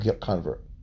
convert